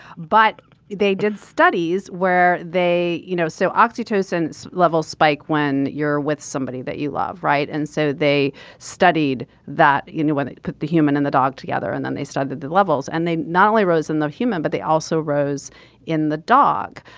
but they did studies where they you know so oxytocin levels spike when you're with somebody that you love. right. and so they studied that you know when they put the human and the dog together and then they started the levels and they not only rose in the human but they also rose in the dog.